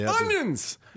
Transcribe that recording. Onions